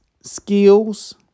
skills